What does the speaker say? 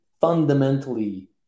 fundamentally